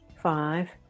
five